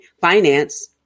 finance